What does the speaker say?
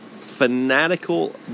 fanatical